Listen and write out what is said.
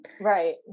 Right